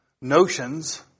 notions